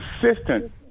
consistent